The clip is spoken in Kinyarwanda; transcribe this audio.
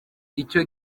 icyo